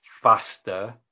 faster